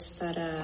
para